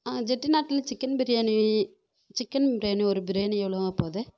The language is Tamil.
செட்டிநாட்டில் சிக்கன் பிரியாணி சிக்கன் பிரியாணி ஒரு பிரியாணி எவ்வளோ ஆக போகுது